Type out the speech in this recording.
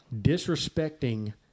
disrespecting